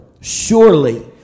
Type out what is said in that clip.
Surely